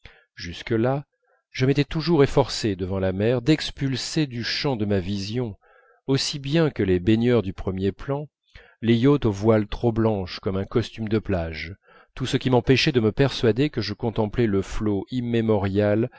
jusque-là je m'étais toujours efforcé devant la mer d'expulser du champ de ma vision aussi bien que les baigneurs du premier plan les yachts aux voiles trop blanches comme un costume de plage tout ce qui m'empêchait de me persuader que je contemplais le flot immémorial